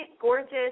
gorgeous